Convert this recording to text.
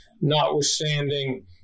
notwithstanding